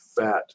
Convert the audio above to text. fat